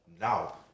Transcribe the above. now